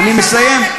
אני מתפלא על הממשלה,